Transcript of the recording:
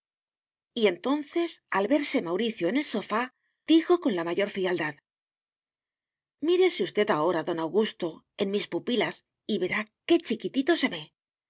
y entonces al verse mauricio en el sofá dijo con la mayor frialdad mírese usted ahora don augusto en mis pupilas y verá qué chiquitito se ve